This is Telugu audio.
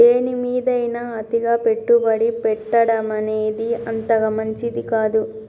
దేనిమీదైనా అతిగా పెట్టుబడి పెట్టడమనేది అంతగా మంచిది కాదు